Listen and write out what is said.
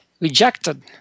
rejected